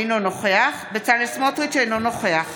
אינו נוכח בצלאל סמוטריץ' אינו נוכח